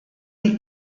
die